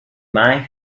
might